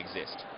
exist